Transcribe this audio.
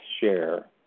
share